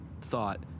thought